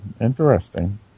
Interesting